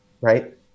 right